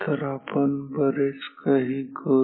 तर आपण बरेच काही करू